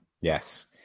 Yes